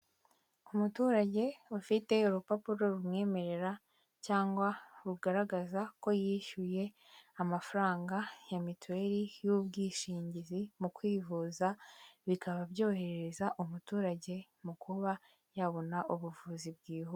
Umuturage ufite urupapuro rumwemerera cyangwa rugaragaza ko yishyuye amafaranga ya mituweli y'ubwishingizi mu kwivuza, bikaba byoherereza umuturage mu kuba yabona ubuvuzi bwihuse.